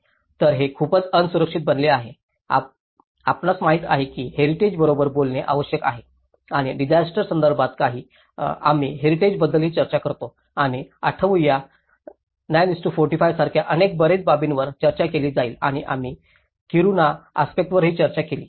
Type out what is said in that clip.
तर हे खूपच असुरक्षित बनले आहे आपणास माहित आहे की हेरिटेज बरोबर बोलणे आवश्यक आहे आणि डिसास्टर संदर्भात आम्ही हेरिटेज बद्दलही चर्चा करतो आणि आयुठाया 945 सारख्या अनेक बाबींवर चर्चा केली जाईल आणि आम्ही किरुणा आस्पेक्टसवरही चर्चा केली